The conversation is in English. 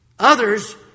Others